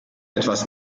etwas